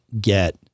get